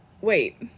Wait